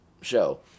show